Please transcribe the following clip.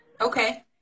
Okay